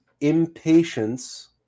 impatience